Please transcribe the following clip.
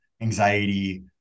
anxiety